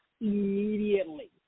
immediately